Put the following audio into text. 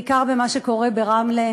בעיקר במה שקורה ברמלה.